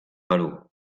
perú